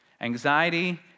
Anxiety